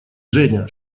женя